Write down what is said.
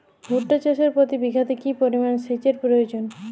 ভুট্টা চাষে প্রতি বিঘাতে কি পরিমান সেচের প্রয়োজন?